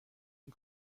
این